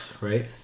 right